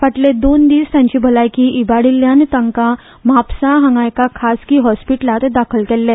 फाटले दोन दिस तांची भलायकी इबाडिल्ल्यान तांका म्हापसा हांगा एका खासगी हॉस्पिटलात दाखल केल्ले